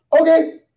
Okay